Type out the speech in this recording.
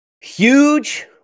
Huge